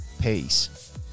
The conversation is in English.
Peace